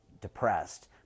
depressed